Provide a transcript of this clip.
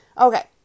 okay